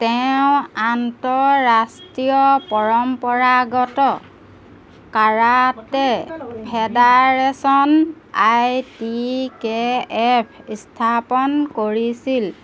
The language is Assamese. তেওঁ আন্তঃৰাষ্ট্ৰীয় পৰম্পৰাগত karate federation I T K F স্থাপন কৰিছিল